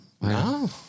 No